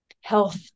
health